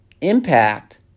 impact